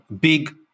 big